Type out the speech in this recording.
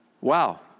Wow